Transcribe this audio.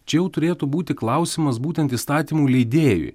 čia jau turėtų būti klausimas būtent įstatymų leidėjui